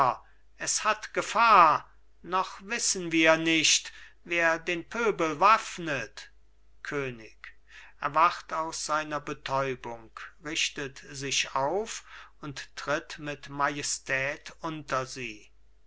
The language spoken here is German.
es hat gefahr noch wissen wir nicht wer den pöbel waffnet könig erwacht aus seiner betäubung richtet sich auf und tritt mit majestät unter sie